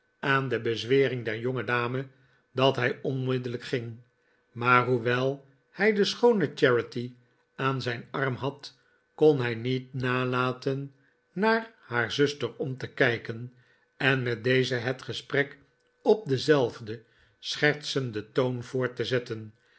aan de bezwering der jongedame dat hij onmiddellijk ging maar hoewel hij de schoone charity aan zijn arm had kon hij niet nalaten naar haar zuster om te kijken en met deze het gesprek op denzelfden schertsenden toon voort te zetten